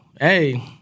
Hey